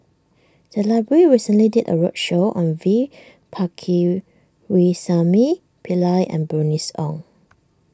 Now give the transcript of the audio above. the library recently did a roadshow on V Pakirisamy Pillai and Bernice Ong